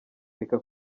reka